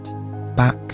back